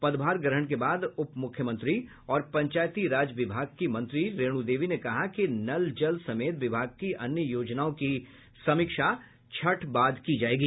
पदभार ग्रहण के बाद उपमुख्यमंत्री और पंचायती राज विभाग की मंत्री रेणु देवी ने कहा कि नल जल समेत विभाग की अन्य योजनाओं की समीक्षा छठ बाद की जायेगी